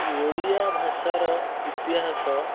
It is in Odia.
ଓଡ଼ିଆ ଭାଷାର ଇତିହାସ